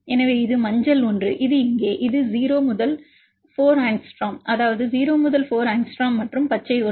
எனவே இது மஞ்சள் ஒன்று இது இங்கே இது 0 முதல் 4 ஆங்ஸ்ட்ரோம் அதாவது 0 முதல் 4 ஆங்ஸ்ட்ரோம் மற்றும் பச்சை ஒன்று